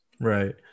Right